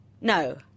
No